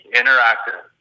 interactive